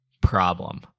problem